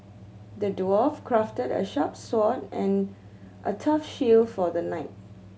the dwarf crafted a sharp sword and a tough shield for the knight